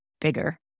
bigger